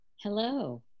Hello